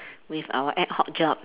with our ad hoc job